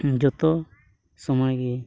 ᱡᱚᱛᱚ ᱥᱚᱢᱚᱭ ᱜᱮ